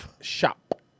SHOP